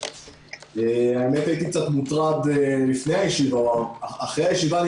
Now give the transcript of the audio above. הייתי קצת מוטרד לפני הישיבה ואחרי הישיבה אני